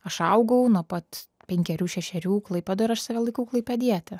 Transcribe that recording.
aš augau nuo pat penkerių šešerių klaipėdoj ir aš save laikau klaipėdiete